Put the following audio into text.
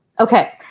Okay